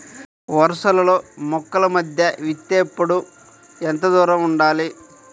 వరసలలో మొక్కల మధ్య విత్తేప్పుడు ఎంతదూరం ఉండాలి?